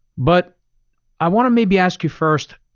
but i want to maybe ask you first,